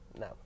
no